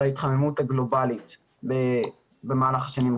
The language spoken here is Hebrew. ההתחממות הגלובלית במהלך השנים הקרובות.